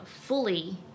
fully